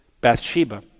Bathsheba